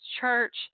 church